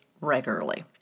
regularly